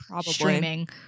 streaming